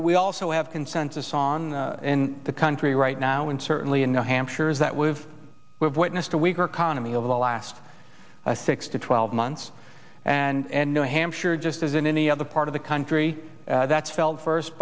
we also have consensus on in the country right now and certainly in new hampshire is that we've we've witnessed a weaker economy over the last six to twelve months and new hampshire just as in any other part of the country that's felt first